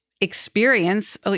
experience